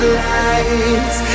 lights